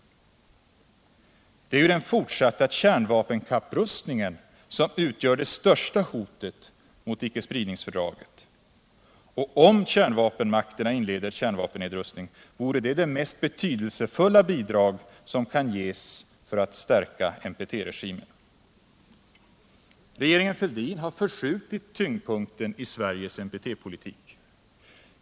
Det är ju den fortsatta kärnvapenkapprustningen som utgör det största hotet mot icke-spridningsfördraget. Och om kärnvapenmakterna inleder kärnvapennedrustning vore det det mest betydelsefulla bidrag som kan ges för att stärka NPT-regimen. Regeringen Fälldin har förskjutit tyngdpunkten i Sveriges NPT-politik.